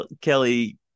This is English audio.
Kelly